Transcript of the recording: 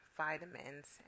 vitamins